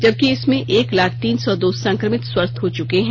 जबकि इसमें एक लाख तीन सौ दो संकमित स्वस्थ हो चुके हैं